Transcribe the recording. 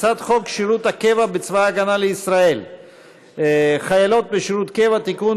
הצעת חוק שירות הקבע בצבא ההגנה לישראל (חיילות בשירות קבע) (תיקון,